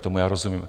Tomu já rozumím.